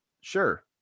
sure